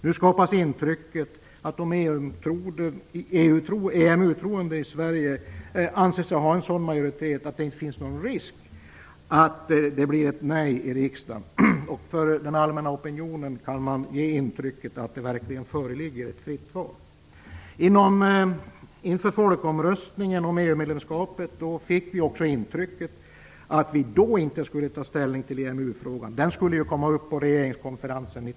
Nu skapas intrycket att de EMU-troende i Sverige anser sig ha sådan majoritet att det inte finns någon risk för ett nej i riksdagen. Den allmänna opinionen kan få intrycket att det verkligen föreligger ett fritt val. Inför folkomröstningen om EU-medlemskapet fick vi intrycket att vi då inte skulle ta ställning till EMU-frågan. Den skulle ju tas komma upp på regeringskonferensen.